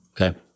okay